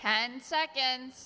ten seconds